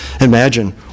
Imagine